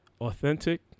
authentic